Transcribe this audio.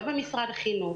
לא במשרד החינוך,